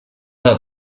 hat